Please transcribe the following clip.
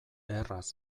erraz